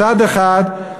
מצד אחד,